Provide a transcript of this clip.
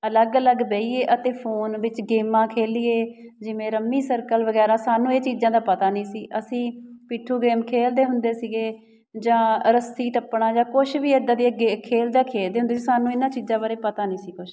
ਅਲੱਗ ਅਲੱਗ ਬਹੀਏ ਅਤੇ ਫੋਨ ਵਿੱਚ ਗੇਮਾਂ ਖੇਡੀਏ ਜਿਵੇਂ ਰੰਮੀ ਸਰਕਲ ਵਗੈਰਾ ਸਾਨੂੰ ਇਹ ਚੀਜ਼ਾਂ ਦਾ ਪਤਾ ਨਹੀਂ ਸੀ ਅਸੀਂ ਪਿੱਠੂ ਗੇਮ ਖੇਡਦੇ ਹੁੰਦੇ ਸੀਗੇ ਜਾਂ ਰੱਸੀ ਟੱਪਣਾ ਜਾਂ ਕੁਛ ਵੀ ਇੱਦਾਂ ਦੀਆਂ ਗੇ ਖੇਡਾਂ ਖੇਡਦੇ ਹੁੰਦੇ ਸੀ ਸਾਨੂੰ ਇਹਨਾਂ ਚੀਜ਼ਾਂ ਬਾਰੇ ਪਤਾ ਨਹੀਂ ਸੀ ਕੁਛ